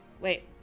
Wait